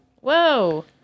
Whoa